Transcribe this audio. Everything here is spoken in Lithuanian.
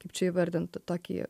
kaip čia įvardint tokį